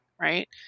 right